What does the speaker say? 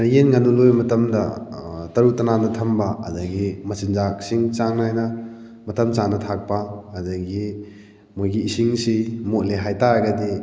ꯑꯩꯈꯣꯏꯅ ꯌꯦꯟ ꯉꯥꯅꯨ ꯂꯣꯏꯕ ꯃꯇꯝꯗ ꯇꯔꯨ ꯇꯅꯥꯟꯅ ꯊꯝꯕ ꯑꯗꯒꯤ ꯃꯆꯤꯟꯖꯥꯛꯁꯤꯡ ꯆꯥꯡ ꯅꯥꯏꯅ ꯃꯇꯝ ꯆꯥꯅ ꯊꯥꯛꯄ ꯑꯗꯒꯤ ꯃꯣꯏꯒꯤ ꯏꯁꯤꯡꯁꯤ ꯃꯣꯠꯂꯦ ꯍꯥꯏ ꯇꯥꯔꯒꯗꯤ